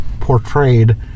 portrayed